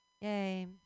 Yay